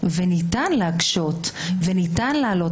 וניתן להקשות ולהעלות,